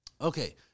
Okay